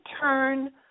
turn